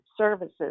services